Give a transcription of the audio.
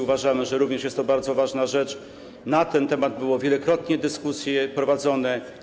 Uważamy, że również jest to bardzo ważna rzecz, na ten temat były wielokrotnie dyskusje prowadzone.